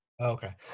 okay